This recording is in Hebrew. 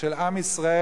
של עם ישראל.